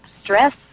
stress